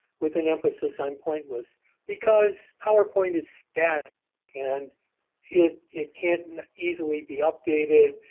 with an emphasis on pointless because powerpoint is static and it it can't and easily be updated.